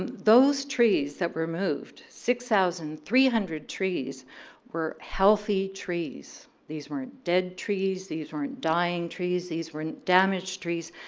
um those trees that were moved, six thousand three hundred trees were healthy trees. these weren't dead trees, these weren't dying trees. these weren't damaged trees.